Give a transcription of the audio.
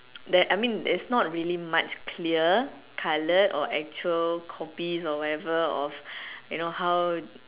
there I mean there's not really much clear colour or actual copies or whatever of you know how